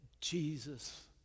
Jesus